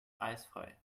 eisfrei